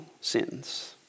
sins